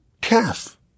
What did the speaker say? calf